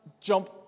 jump